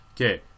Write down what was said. Okay